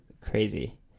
crazy